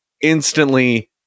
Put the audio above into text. instantly